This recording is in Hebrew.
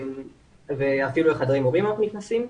גם לחדרי המורים אנחנו נכנסים.